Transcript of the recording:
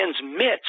transmits